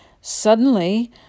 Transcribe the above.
Suddenly